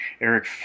eric